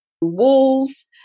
walls